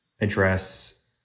address